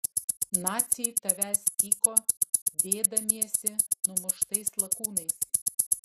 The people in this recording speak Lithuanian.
naciai tavęs tyko dėdamiesi numuštais lakūnais